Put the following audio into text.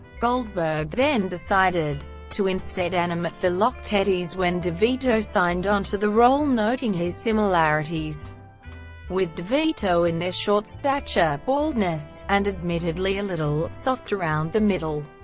goldberg then decided to instead animate philoctetes when devito signed onto the role noting his similarities with devito in their short stature, baldness, and admittedly a little soft around the middle.